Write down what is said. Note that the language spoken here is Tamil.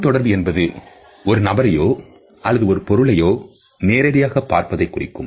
கண் தொடர்பு என்பது ஒரு நபரையோ அல்லது ஒரு பொருளையோ நேரடியாக பார்ப்பதைக் குறிக்கும்